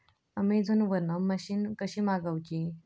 Amazon वरन machine कशी मागवची?